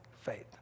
faith